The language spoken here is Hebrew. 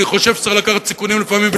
אני חושב שצריך לקחת סיכונים לפעמים,